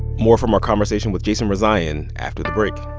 more from our conversation with jason rezaian after the break